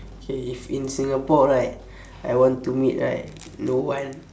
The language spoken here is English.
K if in singapore right I want to meet right no one